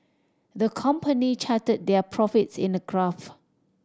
the company charted their profits in a graph